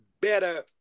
better